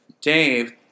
Dave